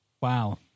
Wow